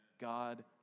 God